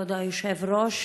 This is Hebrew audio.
כבוד היושב-ראש,